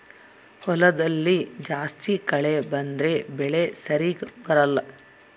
ಹೊಲದಲ್ಲಿ ಜಾಸ್ತಿ ಕಳೆ ಬಂದ್ರೆ ಬೆಳೆ ಸರಿಗ ಬರಲ್ಲ